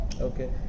okay